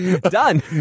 Done